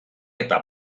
eta